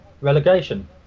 relegation